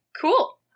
Cool